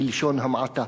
בלשון המעטה.